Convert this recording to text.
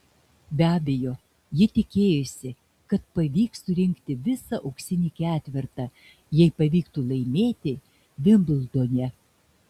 be abejo ji tikėjosi kad pavyks surinkti visą auksinį ketvertą jei pavyktų laimėti vimbldone